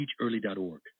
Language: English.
teachearly.org